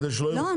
לא.